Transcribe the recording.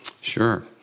Sure